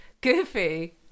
goofy